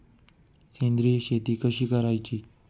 सेंद्रिय शेती कशी करायची?